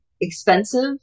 expensive